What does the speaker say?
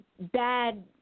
bad